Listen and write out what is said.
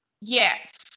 yes